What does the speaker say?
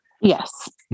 Yes